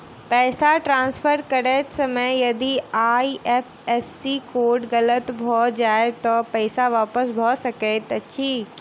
पैसा ट्रान्सफर करैत समय यदि आई.एफ.एस.सी कोड गलत भऽ जाय तऽ पैसा वापस भऽ सकैत अछि की?